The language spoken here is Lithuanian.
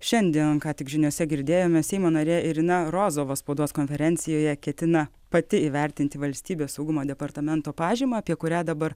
šiandien ką tik žiniose girdėjome seimo narė irina rozova spaudos konferencijoje ketina pati įvertinti valstybės saugumo departamento pažymą apie kurią dabar